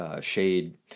Shade